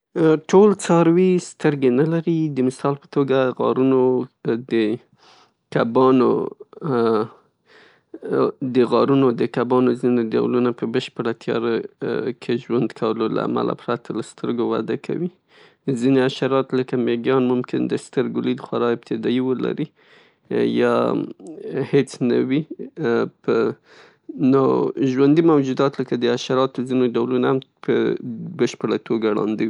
ټول څاروي سترګې نه لري د مثال په توګه د غارونو د کبانو د غارونو د کبانو ځینې ډولونه په بشپړه تیاره کې ژوند کولو له امله پرته له سترګو وده کوي. ځینې حشرات لکه میږي ممکن د سترګو لید خورا ابتدایي ولري یا هیڅ نه وي په نو ژوندي موجودات لکه د حشراتو ځینې ډولونه که بشپړه توګه ړانده وي.